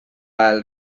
ajal